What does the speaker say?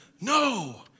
no